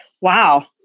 Wow